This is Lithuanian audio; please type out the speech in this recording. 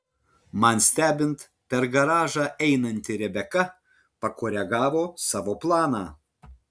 man stebint per garažą einanti rebeka pakoregavo savo planą